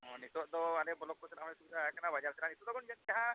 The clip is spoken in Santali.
ᱦᱮᱸ ᱱᱤᱛᱳᱜ ᱫᱚ ᱟᱞᱮ ᱵᱚᱞᱚᱠ ᱪᱟᱞᱟᱜ ᱦᱚᱸ ᱥᱩᱵᱤᱫᱟ ᱠᱟᱱᱟ ᱵᱟᱡᱟᱨ ᱪᱟᱞᱟᱜ ᱱᱤᱛᱳᱜ ᱫᱚ ᱞᱚᱜᱚᱱ ᱡᱟᱦᱟᱸ